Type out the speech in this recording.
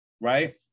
right